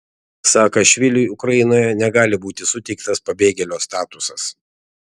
saakašviliui ukrainoje negali būti suteiktas pabėgėlio statusas